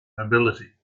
nobility